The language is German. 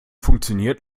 funktioniert